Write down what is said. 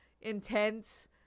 intense